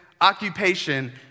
occupation